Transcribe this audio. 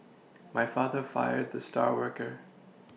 my father fired the star worker